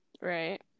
right